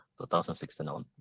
2016